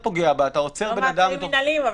עוצר בן-אדם --- לא מעצרים מינהליים,